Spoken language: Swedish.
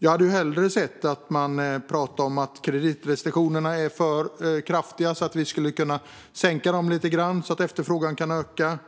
Jag hade hellre sett att hon talat om att kreditrestriktionerna är för kraftiga och att vi skulle kunna sänka dem lite grann, så att efterfrågan kan öka,